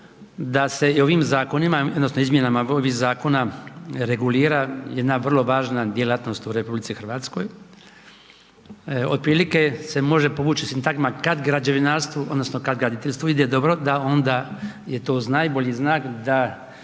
da se i ovim zakonima odnosno izmjenama ovih zakona regulira jedna vrlo važna djelatnost u RH. Otprilike se može povući sintagma kad građevinarstvu odnosno kad graditeljstvu ide dobro da onda je to uz najbolji znak da